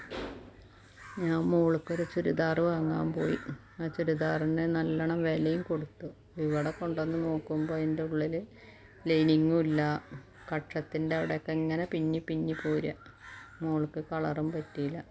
ഞാൻ മോൾക്കൊരു ചുരിദാറ് വാങ്ങാൻ പോയി ആ ചുരിദാറിന് നല്ലവണ്ണം വിലയും കൊടുത്തു ഇവിടെ കൊണ്ടുവന്ന് നോക്കുമ്പോൾ അതിൻ്റെ ഉള്ളിൽ ലൈനിങ്ങും ഇല്ല കക്ഷത്തിന്റെ അവിടെയൊക്കെ ഇങ്ങനെ പിഞ്ഞിപ്പിഞ്ഞിപ്പോരുക മോൾക്ക് കളറും പറ്റിയില്ല